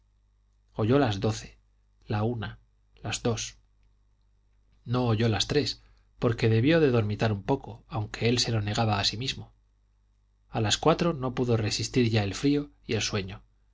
oyó las doce la una las dos no oyó las tres porque debió de dormitar un poco aunque él se lo negaba a sí mismo y a las cuatro no pudo resistir ya el frío y el sueño